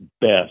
best